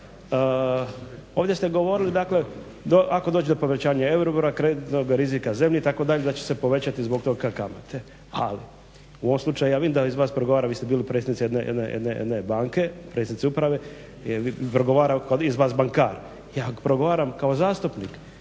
ovdje ste govorili dakle, da ako dođe do povećanja euribor, kreditnog rizika zemlje itd. da će se povećati zbog toga kamate. Ali u ovom slučaju ja vidim da iz vas progovara, vi ste bili predsjednica jedne banke, predsjednica uprave, progovara iz vas bankar. Ja progovaram kao zastupnik.